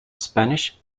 spanish